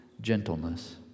gentleness